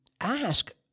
ask